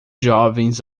jovens